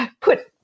put